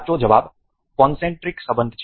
સાચો જવાબ કોનસેન્ટ્રિક સંબંધ છે